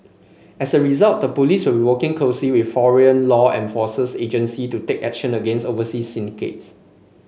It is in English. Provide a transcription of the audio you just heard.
as a result the police will working closely with foreign law enforces agency to take action against overseas syndicates